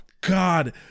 God